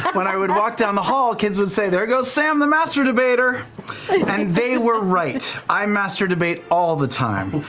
when i would walk down the hall, kids would say, there goes sam, the master debater. and they were right. i master debate all the time.